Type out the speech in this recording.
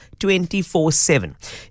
24-7